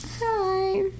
Hi